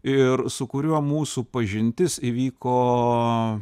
ir su kuriuo mūsų pažintis įvyko